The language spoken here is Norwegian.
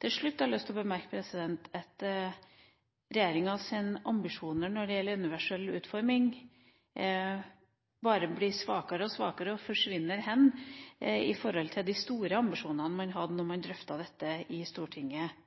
Til slutt har jeg lyst til å bemerke at regjeringas ambisjoner når det gjelder universell utforming, bare blir svakere og svakere og forsvinner i forhold til de store ambisjonene man hadde da man drøftet dette i Stortinget